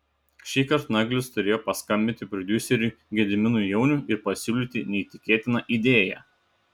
šįkart naglis turėjo paskambinti prodiuseriui gediminui jauniui ir pasiūlyti neįtikėtiną idėją